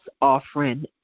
offering